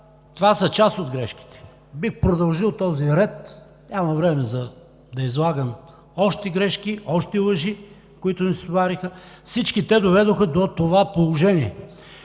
това са част от грешките. Бих продължил в този ред. Нямам време да излагам още грешки, още лъжи, които ни стовариха. Всички те доведоха до това положение.